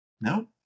No